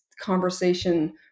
conversation